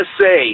say